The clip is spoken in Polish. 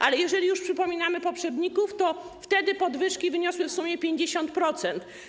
Ale jeżeli już przypominamy poprzedników, to wtedy podwyżki wyniosły w sumie 50%.